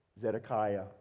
Zedekiah